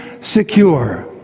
secure